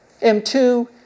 M2